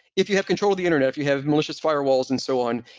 if you have control of the internet, if you have malicious firewalls and so on.